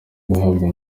guhabwa